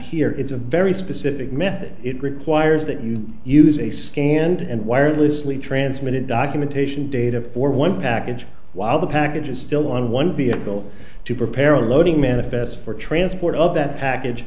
here is a very specific method it requires that you use a scanned and wirelessly transmitted documentation data for one package while the package is still on one vehicle to prepare a loading manifest for trans what of that package